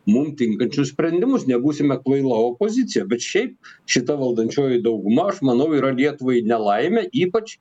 mum tinkančius sprendimus nebūsime kvaila opozicija bet šiaip šita valdančioji dauguma aš manau yra lietuvai nelaimė ypač